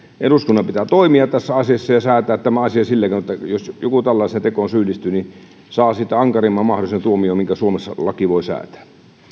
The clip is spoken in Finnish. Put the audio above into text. eduskunnan pitää toimia tässä asiassa ja säätää tämä asia sillä keinoin että jos joku tällaiseen tekoon syyllistyy niin saa siitä ankarimman mahdollisen tuomion minkä suomessa lakiin voi säätää